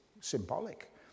symbolic